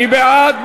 מי בעד?